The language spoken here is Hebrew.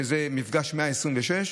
זה מפגש 126,